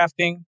crafting